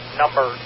number